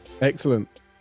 excellent